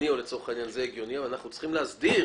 אנחנו צריכים להסדיר